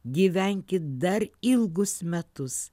gyvenkit dar ilgus metus